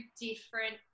different